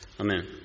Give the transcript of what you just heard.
Amen